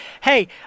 Hey